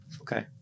Okay